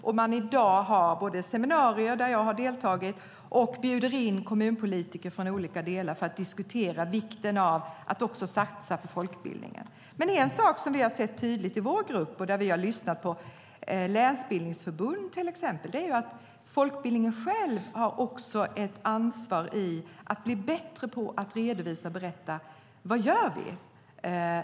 I dag har man seminarier, där jag har deltagit, och bjuder också in kommunpolitiker för att diskutera vikten av att satsa på folkbildningen. En sak som vi har sett tydligt i vår grupp och där vi har lyssnat på till exempel länsbildningsförbund är att folkbildningen också själv har ett ansvar för att bli bättre på att redovisa och berätta vad man gör.